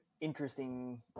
interesting